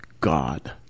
God